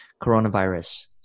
coronavirus